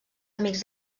amics